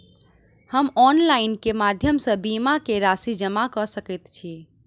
हम ऑनलाइन केँ माध्यम सँ बीमा केँ राशि जमा कऽ सकैत छी?